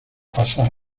pasar